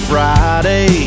Friday